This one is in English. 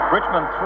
Richmond